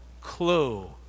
clue